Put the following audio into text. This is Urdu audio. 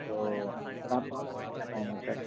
تو سر آپ کون سا لگوانا چاہیں گے سر